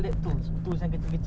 Shimano sandal